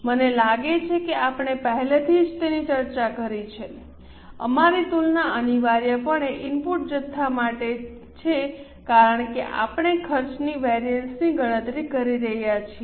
મને લાગે છે કે આપણે પહેલેથી જ તેની ચર્ચા કરી છે અમારી તુલના અનિવાર્યપણે ઇનપુટ જથ્થા માટે છે કારણ કે આપણે ખર્ચની વેરિએન્સ ની ગણતરી કરી રહ્યા છીએ